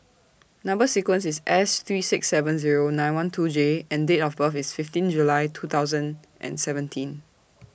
Number sequence IS S three six seven Zero nine one two J and Date of birth IS fifteen July two thousand and seventeen